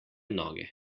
noge